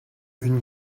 une